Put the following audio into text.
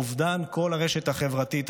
אובדן כל הרשת החברתית,